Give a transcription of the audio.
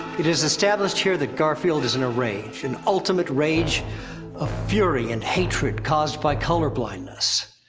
it is established here that garfield is in a rage, an ultimate rage of fury and hatred, caused by colorblindness.